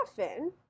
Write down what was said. often